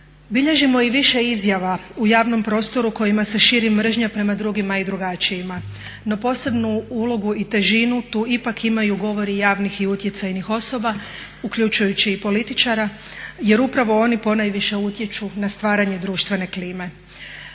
Bilježimo i više izjava u javnom prostoru kojima se širi mržnja prema drugima i drugačijima, no posebnu ulogu i težinu tu ipak imaju govori javnih i utjecajnih osoba uključujući i političara jer upravo oni ponajviše utječu na stvaranje društvene klime.